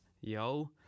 yo